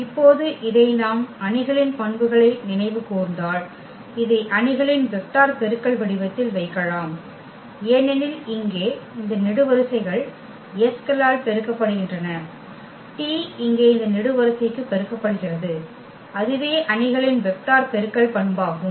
இப்போது இதை நாம் அணிகளின் பண்புகளை நினைவு கூர்ந்தால் இதை அணிகளின் வெக்டர் பெருக்கல் வடிவத்தில் வைக்கலாம் ஏனெனில் இங்கே இந்த நெடுவரிசைக்கள் s களால் பெருக்கப்படுகின்றன t இங்கே இந்த நெடுவரிசைக்கு பெருக்கப்படுகிறது அதுவே அணிகளின் வெக்டர் பெருக்கல் பண்பாகும்